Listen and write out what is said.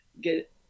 get